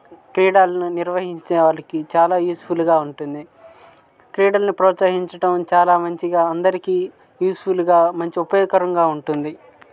క్రీడలను నిర్వహించే వాళ్ళకి చాలా యూజ్ఫుల్గా ఉంటుంది క్రీడలను ప్రోత్సహించడం చాలా మంచిగా అందరికీ యూజ్ఫుల్గా మంచి ఉపయోగకరంగా ఉంటుంది